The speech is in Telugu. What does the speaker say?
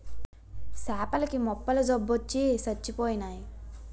సేపల కి మొప్పల జబ్బొచ్చి సచ్చిపోయినాయి